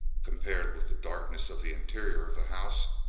compared with the darkness of the interior of the house,